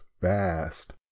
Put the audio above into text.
vast